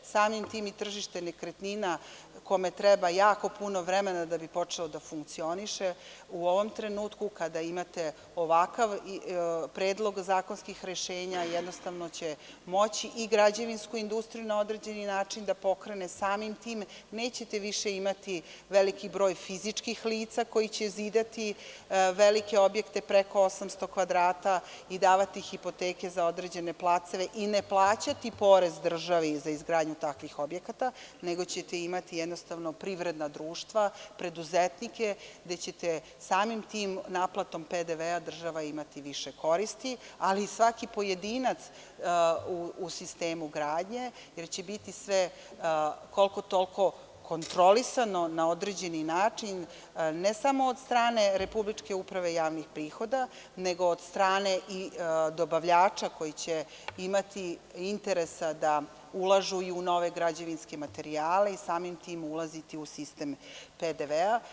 Samim tim i tržište nekretnina kome treba jako puno vremena da bi počelo da funkcioniše u ovom trenutku kada imate ovakav predlog zakonskog rešenja, jednostavno će moći i građevinsku industriju na određeni način da pokrene, samim tim neće te više imati veliki broj fizičkih lica koji će zidati velike objekte preko 800 kvadrata i davati hipoteke za određene placeve i ne plaćati porez državi za izgradnju takvih objekata, nego ćete imati jednostavno privredna društva, preduzetnike gde ćete samim tim naplatom PDV-a država imati više koristi, ali i svaki pojedinca u sistemu gradnje, jer će biti sve koliko toliko kontrolisano na određeni način ne samo od strane Republičke uprave javnih prihoda, nego od strane i dobavljača koji će imati interesa da ulažu i u nove građevinske materijale i samim tim ulaziti u sistem PDV-a.